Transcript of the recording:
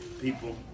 people